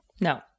No